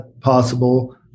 possible